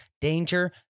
danger